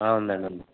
ఉందండి ఉంది